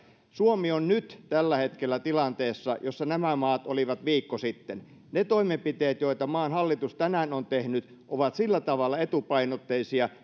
suomi on nyt tällä hetkellä tilanteessa jossa nämä maat olivat viikko sitten ne toimenpiteet joita maan hallitus tänään on tehnyt ovat sillä tavalla etupainotteisia